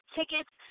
tickets